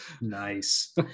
Nice